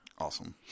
Awesome